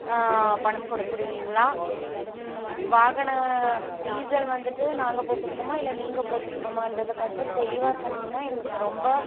பணம் கொடுத்துருவீங்களா வாகன டீசல் வந்துட்டு நாங்கள் போட்டுக்கணுமா இல்லை நீங்கள் போட்டுக்கணுமான்றத கொஞ்சம் தெளிவாக சொன்னீங்கன்னால் எங்களுக்கு ரொம்ப